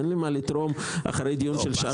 אין לי מה לתרום אחרי דיון של שעתיים.